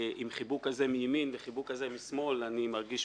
אנחנו נמצאים